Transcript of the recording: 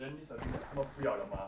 then these are things they 他们不要 liao mah